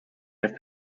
have